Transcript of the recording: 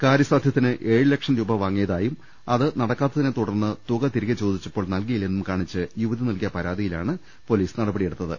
കാര്യ സാധ്യത്തിന് ഏഴ് ലക്ഷം രൂപ വാങ്ങിയതായും അത് നടക്കാത്തതിനെ തുടർന്ന് തുക തിരകെ ചോദിച്ചപ്പോൾ നൽകിയില്ലെന്നും കാണിച്ച് യുവതി നൽകിയ പരാതിയിലാണ് പൊലീസ് നടപടിയെടുത്തത്